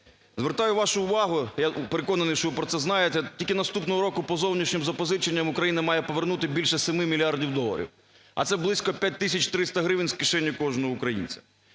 Звертаю вашу увагу, я переконаний, що ви про це знаєте, тільки наступного року по зовнішнім запозиченням Україна має повернути більше 7 мільярдів доларів, а це близько 5 тисяч 300 гривень з кишені кожного українця.